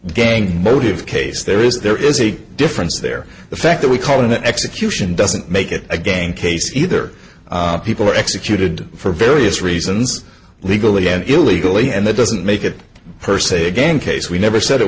a gang motive case there is there is a difference there the fact that we call in the execution doesn't make it a game case either people are executed for various reasons legally and illegally and that doesn't make it per se a game case we never said it